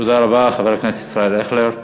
תודה רבה, חבר הכנסת ישראל אייכלר.